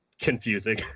confusing